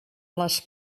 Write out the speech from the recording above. les